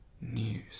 news